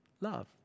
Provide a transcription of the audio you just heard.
love